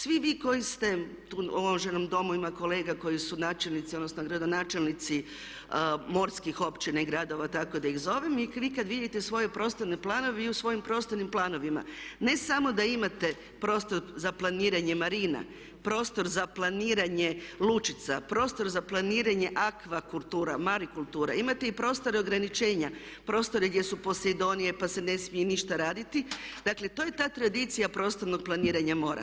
Svi vi koji ste u ovom uvaženom Domu, ovdje ima kolega koji su načelnici odnosno gradonačelnici morskih općina i gradova tako da ih zovem, vi kad vidite svoje prostorne planove vi u svojim prostornim planovima ne samo da imate prostor za planiranje marina, prostor za planiranje lučica, prostor za planiranje akvakultura, marikultura, imate i prostore ograničenja, prostori gdje su Posejdonije pa se ne smije ništa raditi, dakle to je ta tradicija prostornog planiranja mora.